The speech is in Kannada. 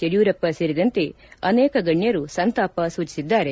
ಯಡಿಯೂರಪ್ಪ ಸೇರಿದಂತೆ ಅನೇಕ ಗಣ್ಯರು ಸಂತಾಪ ಸೂಚಿಸಿದ್ದಾರೆ